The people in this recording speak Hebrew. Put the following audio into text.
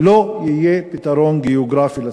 לא יהיה פתרון גיאוגרפי לסכסוך.